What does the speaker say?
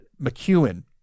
McEwen